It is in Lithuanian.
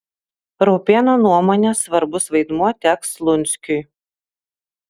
raupėno nuomone svarbus vaidmuo teks lunskiui